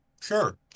Sure